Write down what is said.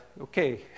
okay